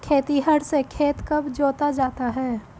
खेतिहर से खेत कब जोता जाता है?